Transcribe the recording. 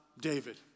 David